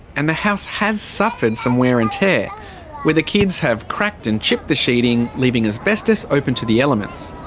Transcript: and the house has suffered some wear and tear where the kids have cracked and chipped the sheeting, leaving asbestos open to the elements.